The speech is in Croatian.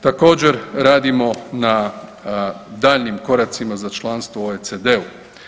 Također radimo na daljnjim koracima za članstvo u OECD-u.